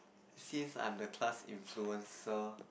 since I'm the class influencer